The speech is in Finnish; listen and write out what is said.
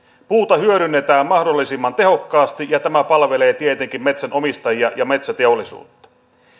puuta hyödynnetään mahdollisimman tehokkaasti ja tämä palvelee tietenkin metsänomistajia ja metsäteollisuutta